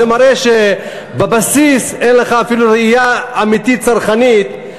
זה מראה שבבסיס אין לך אפילו ראייה צרכנית אמיתית,